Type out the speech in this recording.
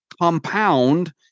compound